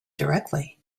directly